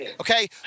okay